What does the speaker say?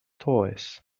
toys